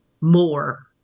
more